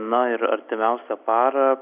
na ir artimiausią parą